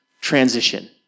transition